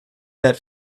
that